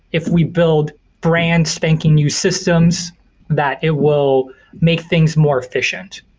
if we build brand-spanking new systems that it will make things more efficient.